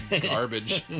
garbage